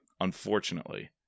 Unfortunately